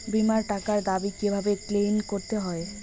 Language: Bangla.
বিমার টাকার দাবি কিভাবে ক্লেইম করতে হয়?